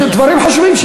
דברים חשובים?